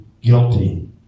guilty